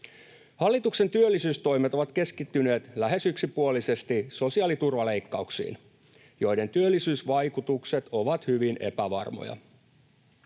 Hallituksen työllisyystoimet ovat keskittyneet lähes yksipuolisesti sosiaaliturvaleikkauksiin, joiden työllisyysvaikutukset ovat hyvin epävarmoja.